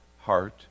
heart